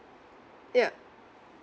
yup